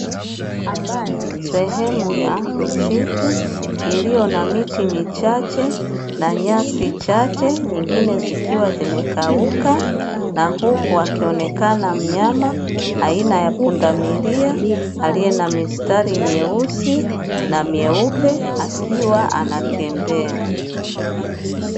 Sehemu ya msitu iliyo na miti michache na nyasi chache nyingine zikiwa zimekauka, na huku akionekana mnyama aina ya pundamilia aliye na mistari meusi na meupe akiwa anatembea.